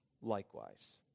likewise